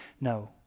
No